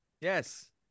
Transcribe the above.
Yes